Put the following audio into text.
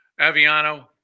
Aviano